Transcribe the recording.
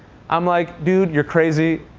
i'm like dude, you're crazy.